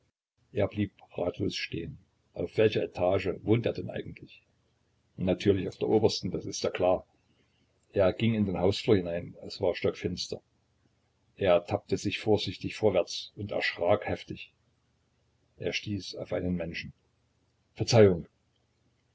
er blieb ratlos stehen auf welcher etage wohnte er denn eigentlich natürlich auf der obersten das ist ja klar er ging in den hausflur hinein es war stockfinster er tappte sich vorsichtig vorwärts und erschrak heftig er stieß auf einen menschen verzeihung